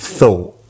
thought